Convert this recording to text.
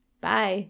Bye